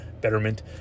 betterment